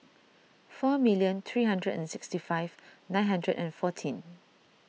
four million three hundred and sixty five nine hundred and fourteen